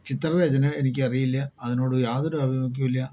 ചിത്രരചന എനിക്കറിയില്ല അതിനോട് യാതൊരു ആഭിമുഖ്യവും ഇല്ല